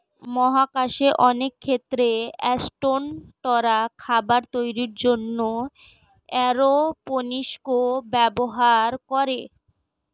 মহাকাশে অনেক ক্ষেত্রে অ্যাসট্রোনটরা খাবার তৈরির জন্যে এরওপনিক্স ব্যবহার করে